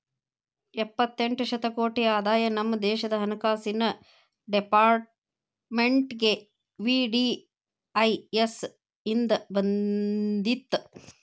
ಎಪ್ಪತ್ತೆಂಟ ಶತಕೋಟಿ ಆದಾಯ ನಮ ದೇಶದ್ ಹಣಕಾಸಿನ್ ಡೆಪಾರ್ಟ್ಮೆಂಟ್ಗೆ ವಿ.ಡಿ.ಐ.ಎಸ್ ಇಂದ್ ಬಂದಿತ್